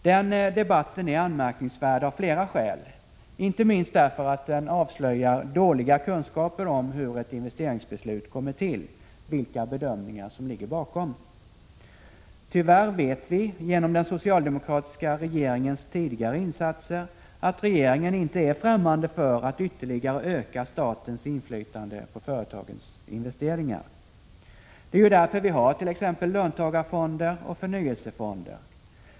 Den debatten är anmärkningsvärd av flera skäl, inte minst därför att den avslöjar dåliga kunskaper om hur ett investeringsbeslut kommer till, vilka bedömningar som ligger bakom. Tyvärr vet vi, genom den socialdemokratiska regeringens tidigare åtgärder, att regeringen inte är främmande för att ytterligare öka statens inflytande på företagens investeringar. Det är därför vi har t.ex. löntagarfonder och förnyelsefonder.